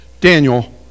Daniel